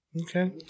Okay